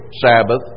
Sabbath